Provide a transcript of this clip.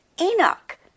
Enoch